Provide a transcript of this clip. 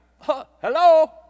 hello